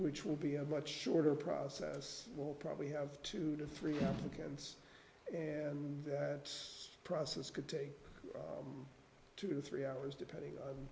which will be a much shorter process will probably have two to three cans and that process could take two to three hours depending on